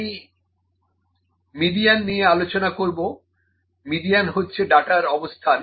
আমি মিডিয়ান নিয়ে আলোচনা করবো মিডিয়ান হচ্ছে ডাটার অবস্থান